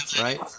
right